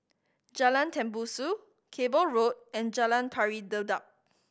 Jalan Tembusu Cable Road and Jalan Pari Dedap